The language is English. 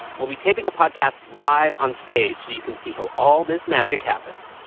we'll be taping a podcast live onstage so you can see how all this magic happens.